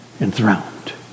enthroned